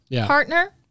partner